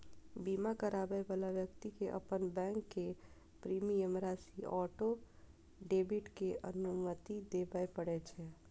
बीमा कराबै बला व्यक्ति कें अपन बैंक कें प्रीमियम राशिक ऑटो डेबिट के अनुमति देबय पड़ै छै